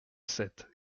sept